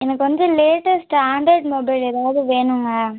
எனக்கு வந்து latest Android mobile ஏதாவது வேணுங்க